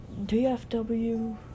DFW